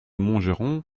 montgeron